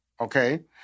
okay